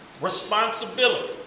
responsibility